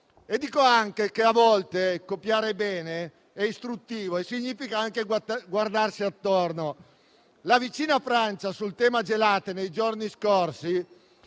Dico anche che a volte copiare bene è istruttivo e significa anche guardarsi attorno. La vicina Francia sul tema gelate nei giorni scorsi